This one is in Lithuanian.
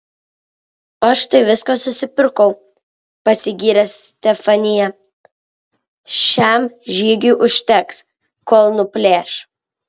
aš tai viską susipirkau pasigyrė stefanija šiam žygiui užteks kol nuplėš